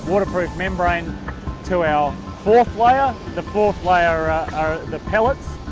waterproof membrane to our fourth layer. the fourth layer are the pellets.